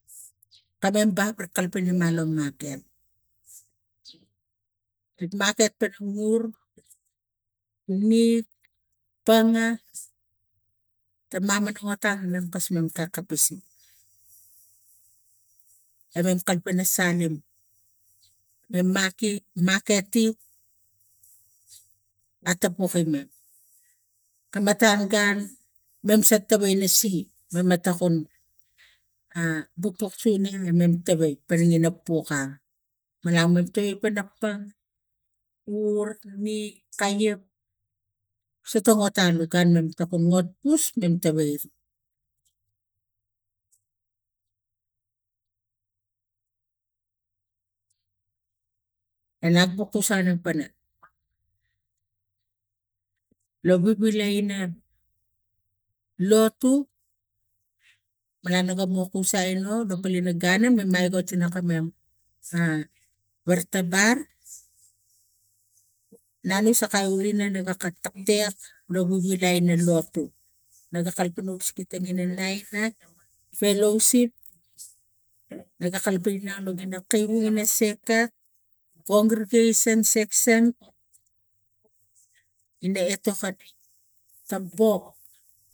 Kamen ba ri kalapang ba la maket rik makeet pana nik panga ta mamana motang mam kas marn kapisi me kalapang ina salim mem maki maketi atapuk imo ka matan gun mam satavai nasi mama takun a gu buk sunia mam tavai pana merg ina kuk a malang mam toi apan panga ur nik kaiak sotongot alu ngotpus mam taivai enap gi kus aneng pana lo vivilai ina lotu lo maleng no ga kusai no lo poli no gaini mam aigok ana kamam vartabar na no sakai ulina iga taktek lo vivilai ina lotu naga kalapang in visite tangina naing pelousip a kivung nia sakat kongrigaison ina etok ari ga pok